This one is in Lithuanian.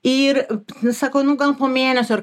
ir sako nu gal po mėnesio ar